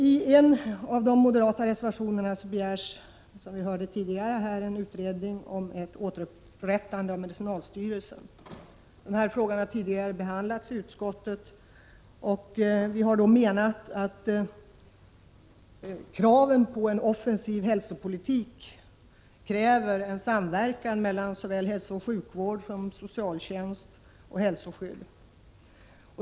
I en av de moderata reservationerna begärs, som vi hörde tidigare här, en utredning om ett återinrättande av medicinalstyrelsen. Denna fråga har behandlats tidigare i utskottet, och vi har då menat att en offensiv hälsopolitik kräver en samverkan mellan hälsooch sjukvård, socialtjänst och hälsoskydd.